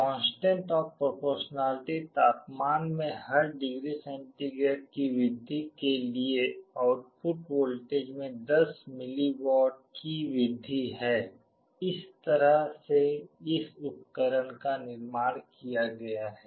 constant of proportionality तापमान में हर डिग्री सेंटीग्रेड वृद्धि के लिए आउटपुट वोल्टेज में 10 मिलीवॉट की वृद्धि है इस तरह से इस उपकरण का निर्माण किया गया है